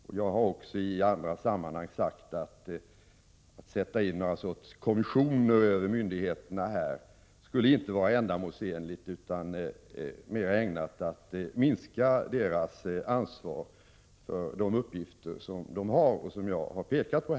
Att sätta till någon sorts kommissioner som skulle stå över myndigheterna vore inte ändamålsenligt, vilket jag också sagt i andra sammanhang. Det skulle snarare vara ägnat att minska myndigheternas ansvar för de uppgifter som de har och som jag har pekat på.